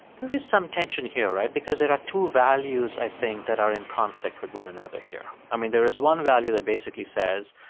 there is some tension here, right? because there are two values, i think, that are in conflict with one another here. i mean, there is one value that basically says,